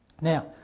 Now